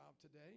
today